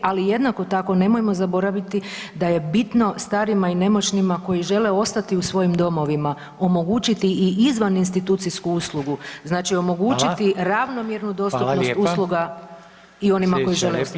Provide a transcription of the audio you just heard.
Ali jednako tako nemojmo zaboraviti da je bitno starima i nemoćnima koji žele ostati u svojim domovima omogućiti i izvan institucijsku uslugu [[Upadica: Hvala]] znači omogućiti ravnomjernu dostupnost [[Upadica: Hvala lijepa]] usluga i onima koji žele ostati kod kuće.